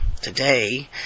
today